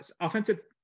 offensive